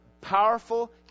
powerful